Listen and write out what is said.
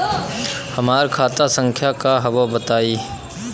हमार खाता संख्या का हव बताई?